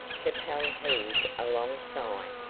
capel heaved a long sigh,